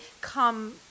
come